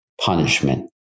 punishment